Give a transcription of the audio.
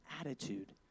attitude